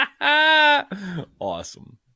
Awesome